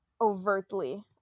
overtly